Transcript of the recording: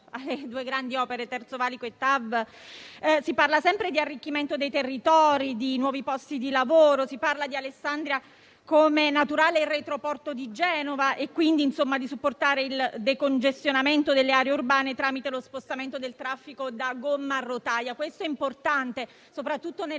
alle due grandi opere: Terzo valico e TAV - si parla sempre di arricchimento dei territori, di nuovi posti di lavoro e si parla di Alessandria come naturale retro-porto di Genova e quindi di supportare il decongestionamento delle aree urbane tramite lo spostamento del traffico da gomma a rotaia. Questo è importante, soprattutto